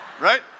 Right